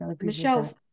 Michelle